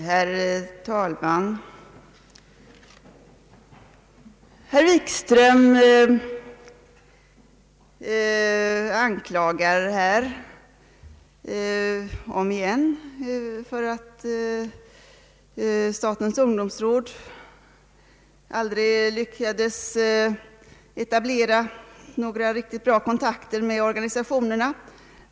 Herr talman! Herr Wikström anklagar statens ungdomsråd om igen för att det aldrig lyckades etablera några riktigt goda kontakter med organisationerna.